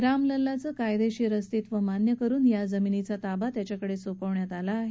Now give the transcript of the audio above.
रामलल्लाचं कायदेशीर अस्तित्व मान्य करुन या जमिनीचा ताबा त्याच्याकडे सोपवण्यात आला आहे